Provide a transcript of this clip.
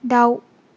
दाउ